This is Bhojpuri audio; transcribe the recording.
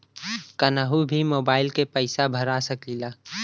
कन्हू भी मोबाइल के पैसा भरा सकीला?